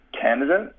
candidate